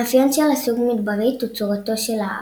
מאפיין של הסוג מדברית הוא צורתו של האף.